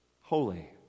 holy